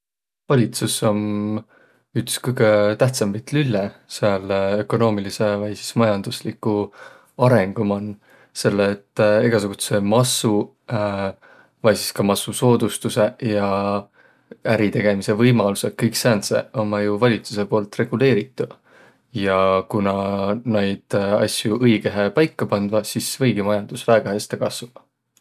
Valitsus om üts kõgõ tähtsämbit lülle sääl ökonoomilidsõ vai sis majandusligu arõngu man. Selle, et egäsugutsõq massuq, vai sis ka massusoodustusõq ja äri tegemise võimalusõq, kõik säändseq ummaq jo valitsusõ puult reguleeridüq. Ja ku näq naid asjo õigõhe paika pandvaq, sis võigi majandus väega häste kassuq.